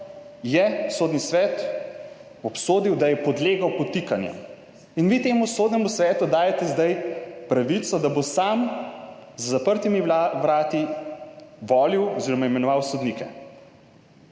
je Sodni svet obsodil, da je podlegel podtikanjem. In vi Sodnemu svetu zdaj dajete pravico, da bo sam za zaprtimi vrati volil oziroma imenoval sodnike.